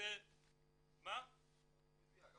זה עוד לא מדויק.